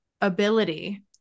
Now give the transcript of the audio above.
ability